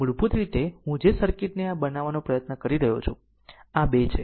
આમ મૂળભૂત રીતે હું જે સર્કિટને આ બનાવવાનો પ્રયત્ન કરી રહ્યો છું આ 2 છે